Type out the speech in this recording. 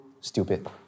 stupid